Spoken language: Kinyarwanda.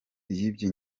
yibye